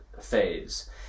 phase